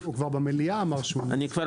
הוא כבר במליאה אמר שהוא --- אני כבר